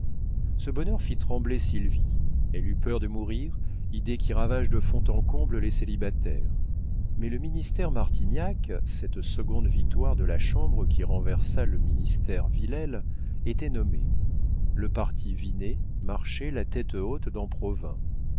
ce bonheur fit trembler sylvie elle eut peur de mourir idée qui ravage de fond en comble les célibataires mais le ministère martignac cette seconde victoire de la chambre qui renversa le ministère villèle était nommé le parti vinet marchait la tête haute